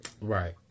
Right